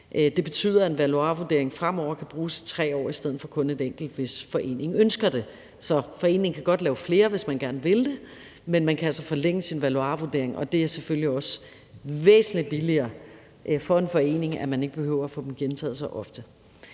Det betyder, at en valuarvurdering fremover kan bruges i 3 år i stedet for kun et enkelt år, hvis foreningen ønsker det. Så foreningen kan godt lave flere valuarvurderinger, hvis man gerne vil det, men man kan altså forlænge sin valuarvurdering, og det er selvfølgelig også væsentlig billigere for en forening, at man ikke behøver at få dem gentaget så ofte.